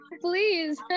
please